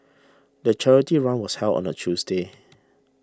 the charity run was held on a Tuesday